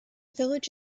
village